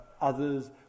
others